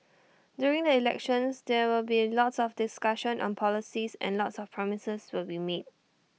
during the elections there will be lots of discussion on policies and lots of promises will be made